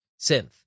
synth